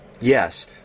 Yes